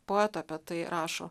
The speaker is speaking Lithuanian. poetų apie tai rašo